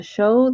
Show